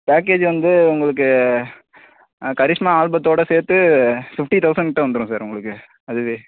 package வந்து உங்களுக்கு கரிஷ்மா ஆல்பத்தோடு சேர்த்து ஃபிஃப்டி தௌசண்ட்ட வந்துடும் சார் உங்களுக்கு அதுவே